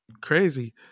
crazy